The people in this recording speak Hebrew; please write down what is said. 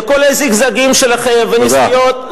כל הזיגזגים שלכם והניסיונות,